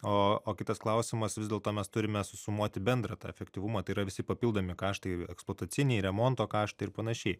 o o kitas klausimas vis dėlto mes turime susumuoti bendrą tą efektyvumą tai yra visi papildomi kaštai ekspoziciniai remonto kaštai ir panašiai